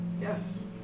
yes